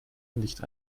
nicht